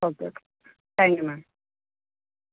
okay okay thank you ma'am